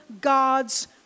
God's